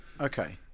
okay